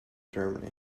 germany